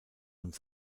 und